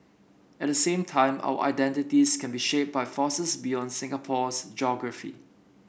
at the same time our identities can be shaped by forces beyond Singapore's geography